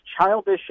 childish